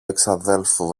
εξαδέλφου